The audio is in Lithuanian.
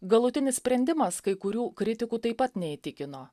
galutinis sprendimas kai kurių kritikų taip pat neįtikino